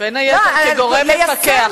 בין היתר כגורם מפקח.